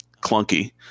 clunky